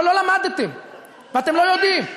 אבל לא למדתם ואתם לא יודעים,